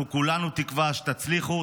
אנחנו כולנו תקווה שתצליחו,